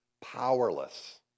powerless